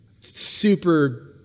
super